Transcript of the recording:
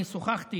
אני שוחחתי